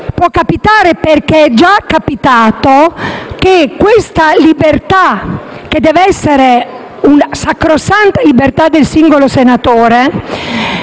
può capitare ed è già capitato che questa libertà, che deve una sacrosanta libertà del singolo senatore,